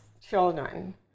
children